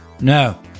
No